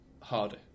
harder